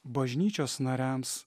bažnyčios nariams